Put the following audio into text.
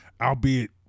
albeit